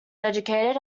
educated